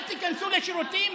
אל תיכנסו לשירותים,